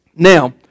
Now